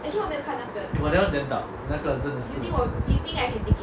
eh but that [one] damn dark 那个真的是